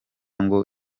ngo